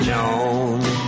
Jones